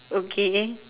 okay